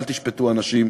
אל תשפטו אנשים,